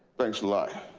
thanks a lot.